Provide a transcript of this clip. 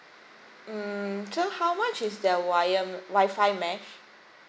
mm so how much is the wire wifi mesh